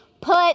Put